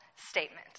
statement